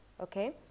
okay